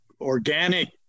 organic